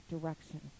direction